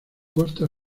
costa